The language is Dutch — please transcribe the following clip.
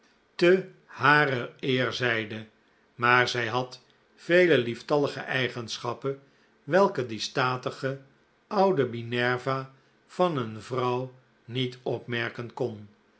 te harer eer zeide maar zij had vele lieftallige eigenschappen welke die statige oude minerva van een vrouw niet opmerken kon